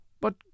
But